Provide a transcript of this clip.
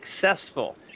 successful